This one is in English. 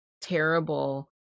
terrible